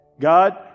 God